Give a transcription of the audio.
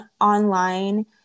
online